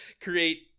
create